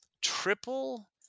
triple